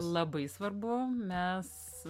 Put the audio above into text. labai svarbu mes